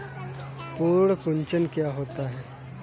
पर्ण कुंचन क्या होता है?